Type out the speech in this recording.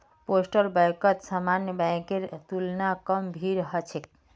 postal बैंकत सामान्य बैंकेर तुलना कम भीड़ ह छेक